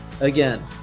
Again